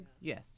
Yes